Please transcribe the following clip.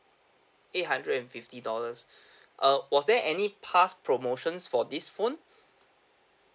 eight hundred and fifty dollars uh was there any past promotions for this phone